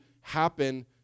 happen